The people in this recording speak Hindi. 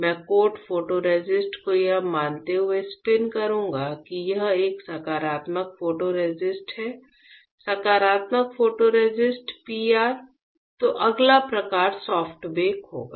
मैं कोट फोटोरेसिस्ट को यह मानते हुए स्पिन करूंगा कि यह एक सकारात्मक फोटोरेसिस्ट है सकारात्मक फोटोरेसिस्ट PR तो अगला प्रकार सॉफ्ट बेक होगा